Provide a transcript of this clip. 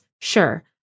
Sure